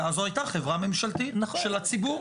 כי אז לא הייתה חברה ממשלתית של הציבור.